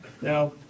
Now